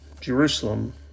Jerusalem